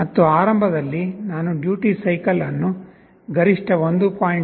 ಮತ್ತು ಆರಂಭದಲ್ಲಿ ನಾನು ಡ್ಯೂಟಿ ಸೈಕಲ್ ಅನ್ನು ಗರಿಷ್ಠ 1